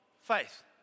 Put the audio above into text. faith